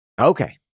Okay